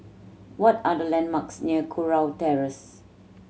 what are the landmarks near Kurau Terrace